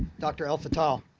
dr. el fatale.